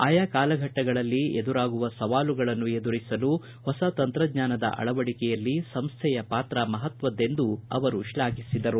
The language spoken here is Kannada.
ಆಯಾ ಕಾಲಘಟ್ಟಗಳಲ್ಲಿ ಎದುರಾಗುವ ಸವಾಲುಗಳನ್ನು ಎದುರಿಸಲು ಹೊಸ ತಂತ್ರಜ್ಞಾನದ ಅಳವಡಿಕೆಯಲ್ಲಿ ಸಂಸ್ಥೆಯ ಪಾತ್ರ ಮಹತ್ವದೆಂದು ಹೇಳಿದರು